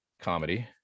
comedy